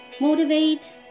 motivate